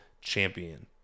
champion